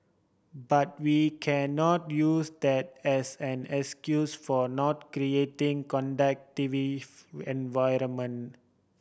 but we cannot use that as an excuse for not creating conducive environment